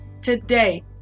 Today